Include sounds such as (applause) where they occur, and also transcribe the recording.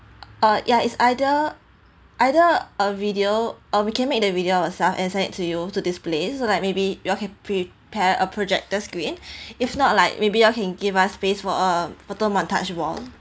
uh yeah it's either either a video uh we can make the video ourself and send it to you to display so like maybe you all can prepare a projector screen (breath) if not like maybe you all can give us face for uh photo montage wall